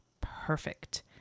perfect